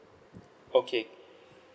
okay